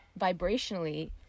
vibrationally